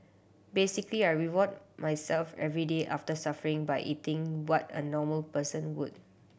basically I reward myself every day after suffering by eating what a normal person would